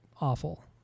awful